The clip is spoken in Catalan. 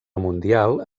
mundial